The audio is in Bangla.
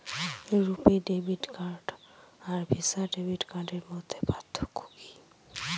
রূপে ডেবিট কার্ড আর ভিসা ডেবিট কার্ডের মধ্যে পার্থক্য কি?